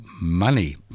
money